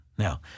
Now